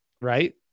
right